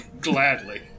Gladly